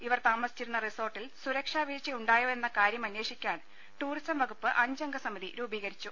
ഇവർ താമസിച്ചിരുന്ന റിസോട്ടിൽ സുരക്ഷാ വീഴ്ച ഉണ്ടായോയെന്ന കാര്യം അന്വേഷിക്കാൻ ടൂറിസം വകുപ്പ് അഞ്ചംഗ സമിതി രൂപീകരിച്ചു